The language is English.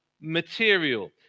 material